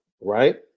Right